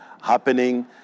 happening